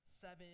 Seven